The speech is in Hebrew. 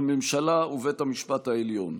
הממשלה ובית המשפט העליון.